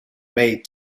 made